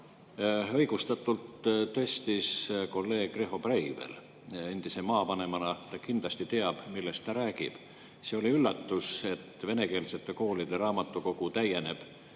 õigustatult tõstis kolleeg Riho Breivel. Endise maavanemana ta kindlasti teab, millest ta räägib. See oli üllatus, et venekeelsete koolide raamatukogu täieneb